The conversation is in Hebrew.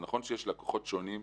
זה נכון שיש לקוחות שונים,